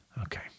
Okay